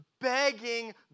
begging